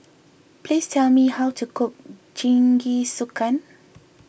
please tell me how to cook Jingisukan